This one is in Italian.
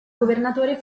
governatore